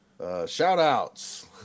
Shout-outs